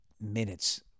minutes